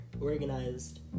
organized